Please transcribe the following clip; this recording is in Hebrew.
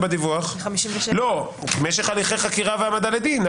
מתכוון למשך הליכי חקירה והעמדה לדין.